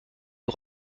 des